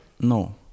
No